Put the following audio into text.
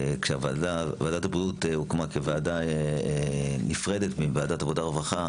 כשוועדת הבריאות הוקמה כוועדה נפרדת מוועדת העבודה והרווחה.